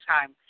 time